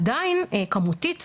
עדיין כמותית,